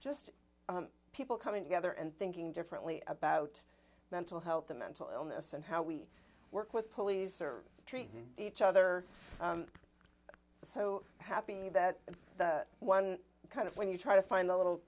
just people coming together and thinking differently about mental health the mental illness and how we work with police or treat each other so happy that that one kind of when you try to find the little